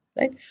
right